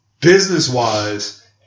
business-wise